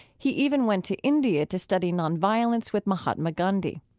he even went to india to study nonviolence with mahatma gandhi.